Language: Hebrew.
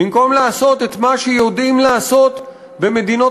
במקום לעשות את מה שיודעים לעשות במדינות